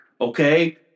okay